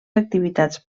activitats